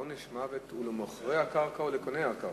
עונש המוות הוא למוכרי הקרקע או לקוני הקרקע?